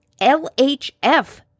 LHF